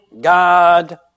God